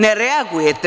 Ne reagujete.